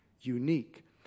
unique